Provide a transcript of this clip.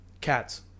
Cats